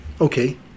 okay